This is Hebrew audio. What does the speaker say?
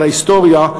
על ההיסטוריה,